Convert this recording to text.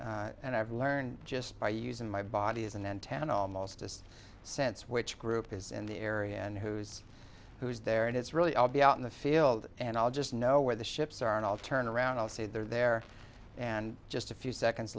and i've learned just by using my body as and then ten almost just sense which group is in the area and who's who's there and it's really i'll be out in the field and i'll just know where the ships are and i'll turn around i'll say they're there and just a few seconds